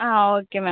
ആ ഓക്കെ മാം